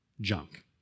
junk